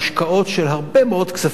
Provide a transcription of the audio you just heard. עם השקעות של הרבה מאוד כספים,